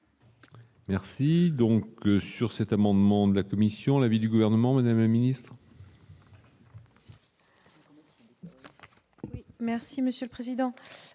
Merci donc sur cet amendement de la commission, l'avis du gouvernement avait ministre. Merci monsieur le président,